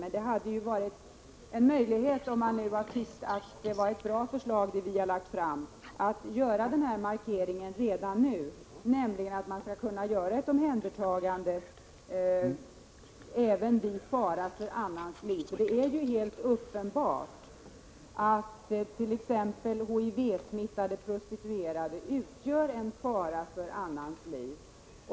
Men om man hade tyckt att vårt förslag var bra hade det varit lämpligt att göra denna markering redan nu, nämligen att ett omhändertagande skall kunna ske även vid fara för annans liv. Det är helt uppenbart att t.ex. HIV-smittade prostituerade utgör en fara för annans liv.